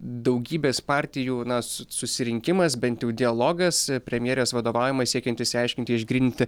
daugybės partijų na su susirinkimas bent jau dialogas premjerės vadovaujamai siekiant išsiaiškinti išgryninti